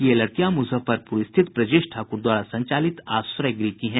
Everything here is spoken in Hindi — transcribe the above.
ये लड़कियां मुजफ्फरपुर स्थित ब्रजेश ठाकुर द्वारा संचालित आश्रय गृह की हैं